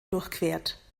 durchquert